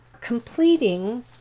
completing